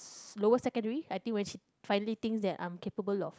lower secondary I think when she finally thinks that I'm capable of